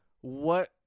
what-